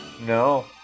No